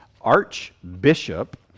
Archbishop